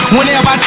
Whenever